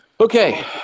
Okay